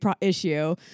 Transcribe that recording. issue